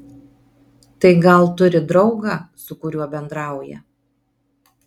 tai gal turi draugą su kuriuo bendrauja